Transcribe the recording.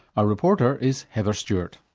our reporter is heather stewart.